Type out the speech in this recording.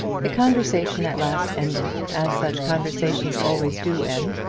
the conversation at last ended, as such conversations always do end,